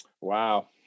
Wow